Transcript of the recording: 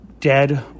dead